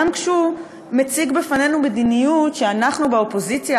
גם כשהוא מציג בפנינו מדיניות שאנחנו באופוזיציה,